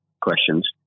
questions